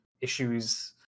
issues